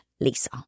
Lisa